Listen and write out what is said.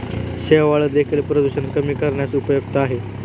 शेवाळं देखील प्रदूषण कमी करण्यास उपयुक्त आहे